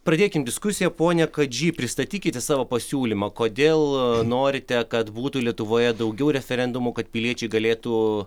pradėkim diskusiją pone kadžy pristatykite savo pasiūlymą kodėl norite kad būtų lietuvoje daugiau referendumų kad piliečiai galėtų